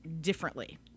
differently